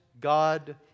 God